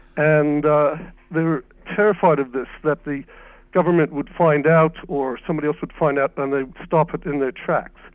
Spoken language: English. and they were terrified of this, that the government would find out or somebody else would find out and they would stop it in their tracks.